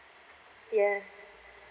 yes